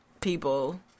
people